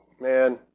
Man